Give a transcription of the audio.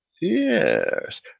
Yes